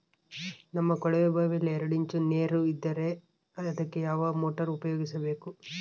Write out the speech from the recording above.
ನಮ್ಮ ಕೊಳವೆಬಾವಿಯಲ್ಲಿ ಎರಡು ಇಂಚು ನೇರು ಇದ್ದರೆ ಅದಕ್ಕೆ ಯಾವ ಮೋಟಾರ್ ಉಪಯೋಗಿಸಬೇಕು?